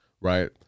right